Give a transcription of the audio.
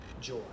joy